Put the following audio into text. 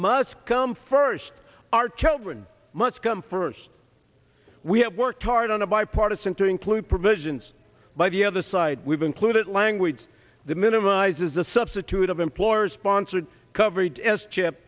must come first our children must come first we have worked hard on a bipartisan to include provisions by the other side we've included language that minimises the substitute of employer sponsored coverage s chip